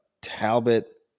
Talbot